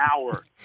hour